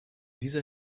dieser